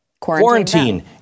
quarantine